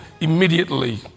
immediately